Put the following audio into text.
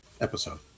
episode